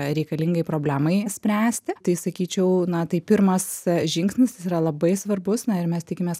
reikalingai problemai spręsti tai sakyčiau na tai pirmas žingsnis yra labai svarbus na ir mes tikimės